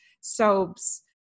soaps